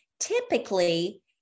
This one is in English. Typically